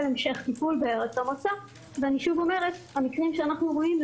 המשך טיפול בארץ המוצא ואני שוב אומרת שלפחות במקרים שאנחנו רואים,